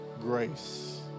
grace